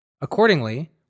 Accordingly